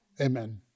Amen